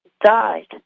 died